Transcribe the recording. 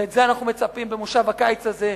ולזה אנחנו מצפים במושב הקיץ הזה,